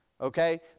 Okay